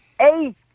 eight